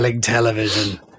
television